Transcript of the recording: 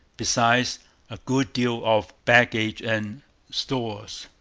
besides a good deal of baggage and stores.